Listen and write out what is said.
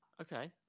Okay